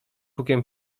hukiem